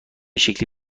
شکل